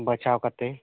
ᱵᱟᱪᱷᱟᱣ ᱠᱟᱛᱮ